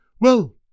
Well